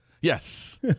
yes